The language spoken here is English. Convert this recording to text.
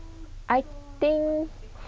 I think